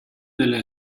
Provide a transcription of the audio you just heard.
delle